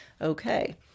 okay